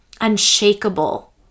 unshakable